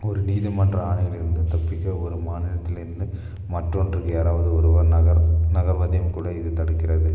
ஒரு நீதிமன்ற ஆணையிலிருந்து தப்பிக்க ஒரு மாநிலத்திலிருந்து மற்றொன்றுக்கு யாராவது ஒருவர் நகர் நகர்வதையும் கூட இது தடுக்கிறது